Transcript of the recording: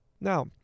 Now